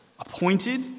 appointed